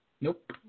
Nope